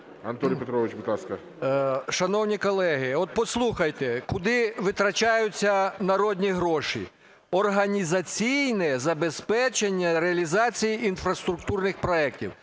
Шановні колеги, от послухайте, куди витрачаються народні гроші: "організаційне забезпечення реалізації інфраструктурних проектів".